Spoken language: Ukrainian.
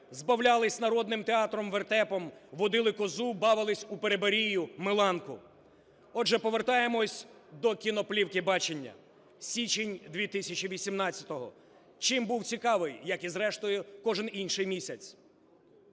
збавлялись народним театром-вертепом, водили козу, бавились у Переберію - Меланку. Отже, повертаємося до кіноплівки бачення. Січень 2018-го. Чим був цікавий, як і зрештою кожен інший місяць?